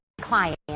client